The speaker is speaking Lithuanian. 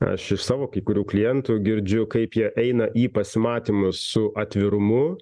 aš iš savo kai kurių klientų girdžiu kaip jie eina į pasimatymą su atvirumu